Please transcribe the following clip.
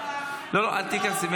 אפשר להמשיך ולתת עוד ועוד כלים למשטרה.